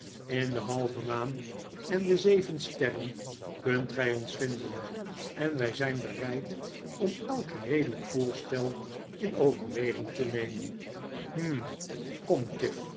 in de halve maan en de zeven sterren kunt gij ons vinden en wij zijn bereid om elk redelijk voorstel in overweging te nemen hm